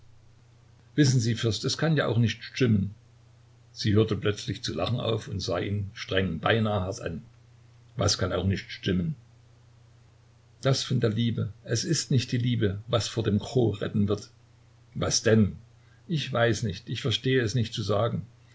wissen sie fürst es kann ja auch nicht stimmen sie hörte plötzlich zu lachen auf und sah ihn streng beinahe hart an was kann auch nicht stimmen das von der liebe es ist nicht die liebe was vor dem cho retten wird was denn ich weiß nicht ich verstehe es nicht zu sagen